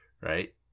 right